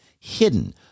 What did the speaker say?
hidden